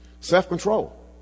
self-control